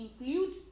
include